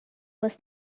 was